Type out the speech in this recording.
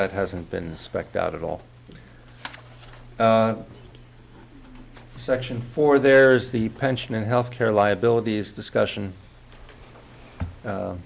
that hasn't been specked out at all section four there's the pension and health care liabilities discussion